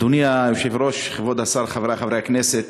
אדוני היושב-ראש, כבוד השר, חברי חברי הכנסת,